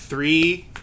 three